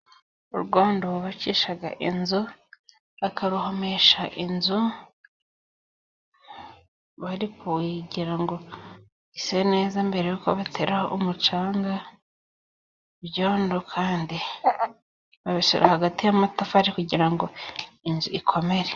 Urwondo bubakisha inzu, bakaruhomesha inzu bari kugira ngo ise neza mbere y'uko bateraho umucanga. Ibyondo kandi babishyira hagati y'amatafari kugira ngo inzu ikomere.